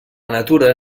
natura